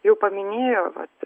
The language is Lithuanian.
jau paminėjo vat